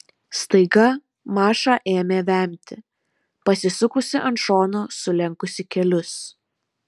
staiga maša ėmė vemti pasisukusi ant šono sulenkusi kelius